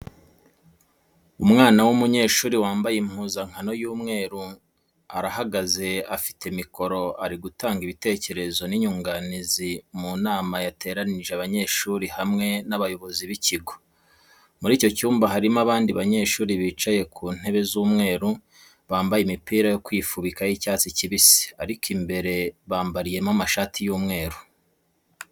Umwana w'umunyeshuri wambaye impuzankano y'umweru, arahagaze afite mikoro ari gutanga ibitekerezo n'inyunganizi mu nama yateranyije abanyeshuri hamwe n'abayobozi b'ikigo. Muri icyo cyumba harimo abandi banyeshuri bicaye ku ntebe z'umweru, bambaye imipira yo kwifubika y'icyatsi kibisi ariko imbere bambariyemo amashati y'umweru.